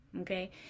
okay